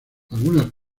algunas